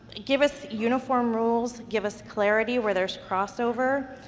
give us uniform rules. give us clarity where there's crossover,